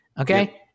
Okay